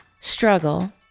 struggle